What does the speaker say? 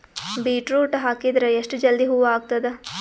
Beetroot ಹಾಕಿದರ ಎಷ್ಟ ಜಲ್ದಿ ಹೂವ ಆಗತದ?